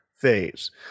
phase